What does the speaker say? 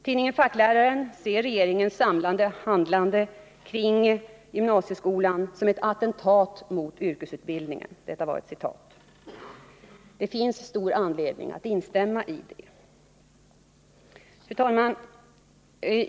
Tidningen Fackläraren ser regeringens samlade handlande när det gäller gymnasieskolan som ett ”attentat mot yrkesutbildningen”. Det finns stor anledning att instämma i det. Fru talman!